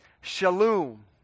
Shalom